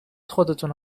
خودتونو